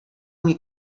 mnie